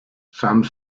some